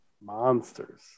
monsters